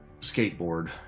skateboard